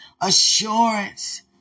assurance